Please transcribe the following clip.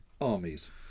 armies